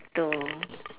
to